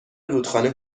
رودخانه